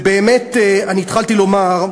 אני התחלתי לומר,